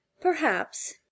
Perhaps